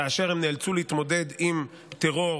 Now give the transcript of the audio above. כאשר הן נאלצו להתמודד עם טרור,